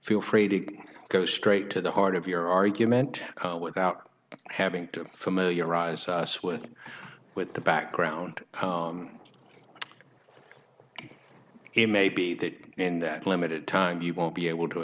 feel free to go straight to the heart of your argument without having to familiarize us with with the background in maybe that in that limited time you won't be able to